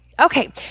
Okay